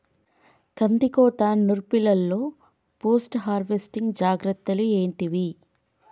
కందికోత నుర్పిల్లలో post harvesting జాగ్రత్తలు ఏంటివి?